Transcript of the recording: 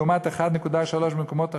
לעומת 1.3 במקומות אחרים.